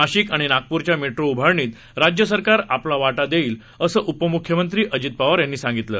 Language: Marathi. नाशिकआणिनागपूरच्यामेट्रोउभारणीतराज्यसरकारआपलावाटादेईलअसंउपमुख्यमंत्रीअजितपवारयांनीसांगितलं